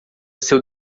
seu